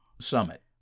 summit